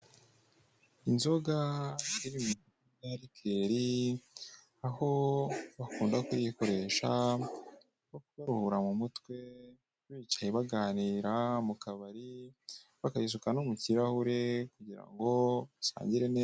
Inzoga y'ibinyobwa ya rikeri aho bakunda kuyikoresha baruhura mu mutwe, bicaye bagarira, mu kabari bakanayisuka no mu kirahure kugira ngo basangire neza.